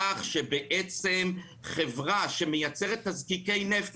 כך שחברה שמייצרת תזקיקי נפט,